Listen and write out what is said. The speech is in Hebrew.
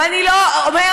ואני לא אומרת,